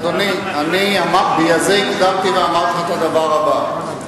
אדוני, בגלל זה הקדמתי ואמרתי לך את הדבר הבא: